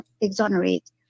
exonerate